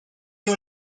you